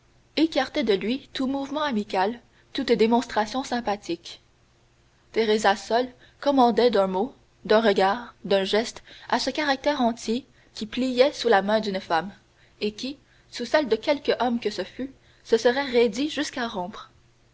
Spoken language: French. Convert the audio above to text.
écartait de lui tout mouvement amical toute démonstration sympathique teresa seule commandait d'un mot d'un regard d'un geste à ce caractère entier qui pliait sous la main d'une femme et qui sous celle de quelque homme que ce fût se serait raidi jusqu'à rompre